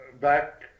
back